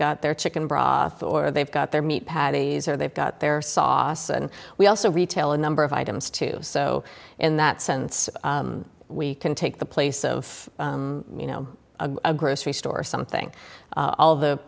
got their chicken broth or they've got their meat patties or they've got their sauce and we also retail a number of items too so in that sense we can take the place of you know a grocery store or something all of the